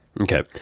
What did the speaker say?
Okay